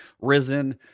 Risen